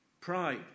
pride